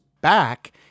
back